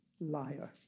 liar